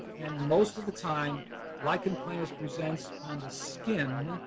and most of the time lichen planus presents on the skin